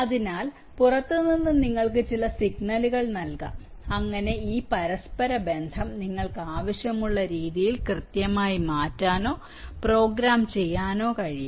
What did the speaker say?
അതിനാൽ പുറത്ത് നിന്ന് നിങ്ങൾക്ക് ചില സിഗ്നലുകൾ നൽകാം അങ്ങനെ ഈ പരസ്പരബന്ധം നിങ്ങൾക്ക് ആവശ്യമുള്ള രീതിയിൽ കൃത്യമായി മാറ്റാനോ പ്രോഗ്രാം ചെയ്യാനോ കഴിയും